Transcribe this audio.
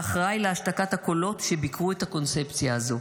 ואחראי להשתקת הקולות שביקרו את הקונספציה הזו.